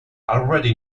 already